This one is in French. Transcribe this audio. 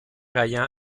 ayant